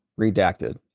redacted